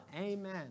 Amen